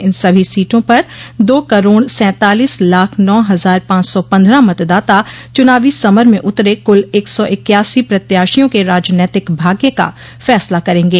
इन सभी सीटों पर दो करोड़ सैंतालीस लाख नौ हज़ार पांच सौ पन्द्रह मतदाता चुनावो समर में उतरे कुल एक सौ इक्यासी प्रत्याशियों के राजनैतिक भाग्य का फैसला करेंगे